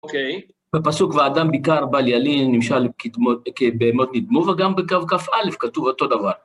אוקיי. בפסוק, ואדם ביקר בל ילין נמשל כבהמות נדמו, וגם בקו כא, כתוב אותו דבר.